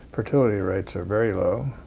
fertility rates are very low.